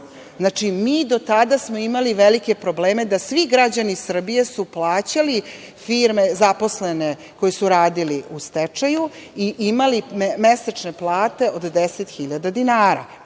Mi smo do tada imali velike probleme da svi građani Srbije su plaćali zaposlene koji su radili u stečaju i imali mesečne plate od 10.000 dinara.